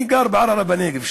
אני גר בערערה בנגב,